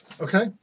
Okay